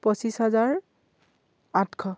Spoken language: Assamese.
পঁচিছ হাজাৰ আঠশ